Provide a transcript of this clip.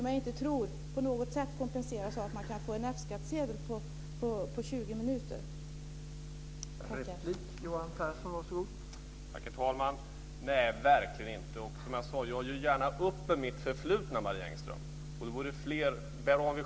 Jag tror inte att det kompenseras på något sätt av att man kan få en F